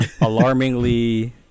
alarmingly